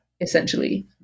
Essentially